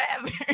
forever